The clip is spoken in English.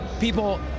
people